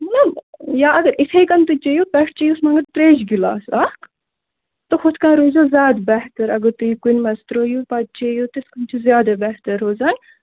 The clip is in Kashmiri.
مطلب یا اَگر یِتھَے کٔن تُہۍ چیٚیِو پٮ۪ٹھ چیٚہوٗس مگر ترٛیشہٕ گِلاس اَکھ تہٕ ہُتھٕ کٔنۍ روزیو زیادٕ بہتر اَگر تُہۍ یہِ کُنہِ منٛزٕ ترٛٲوِو پَتہٕ چیٚیِو تِتھٕ کٔنۍ چھُ زیادٕ بہتر روزان